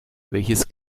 welches